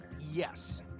Yes